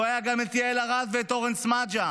לא היו גם יעל ארד ואורן סמדג'ה